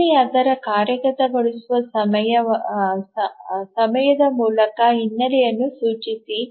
ಇಲ್ಲಿ ಅದರ ಕಾರ್ಯಗತಗೊಳಿಸುವ ಸಮಯದ ಮೂಲಕ ಹಿನ್ನೆಲೆಯನ್ನು ಸೂಚಿಸಿ